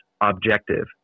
objective